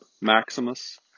Maximus